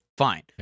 Fine